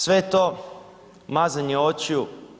Sve je to mazanje očiju.